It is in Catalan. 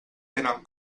tenen